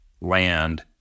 land